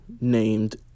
named